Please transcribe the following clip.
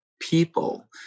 people